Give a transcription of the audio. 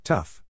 Tough